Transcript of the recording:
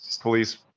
police